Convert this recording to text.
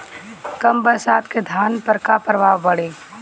कम बरसात के धान पर का प्रभाव पड़ी?